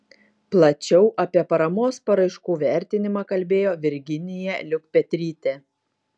plačiau apie paramos paraiškų vertinimą kalbėjo virginija liukpetrytė